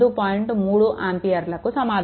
3 ఆంపియర్లకు సమానం